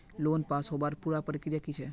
Loan पास होबार पुरा प्रक्रिया की छे?